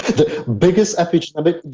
the biggest epigenetic,